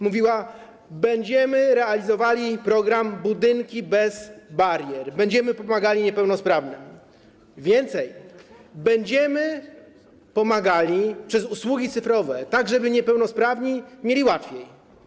Mówiła: będziemy realizowali program „Budynki bez barier”, będziemy pomagali niepełnosprawnym, więcej, będziemy pomagali przez usługi cyfrowe, tak żeby niepełnosprawni mieli łatwiej.